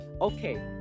okay